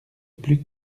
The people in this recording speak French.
plus